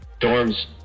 Dorms